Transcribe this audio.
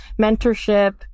mentorship